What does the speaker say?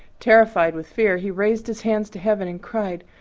terrified with fear, he raised his hands to heaven and cried,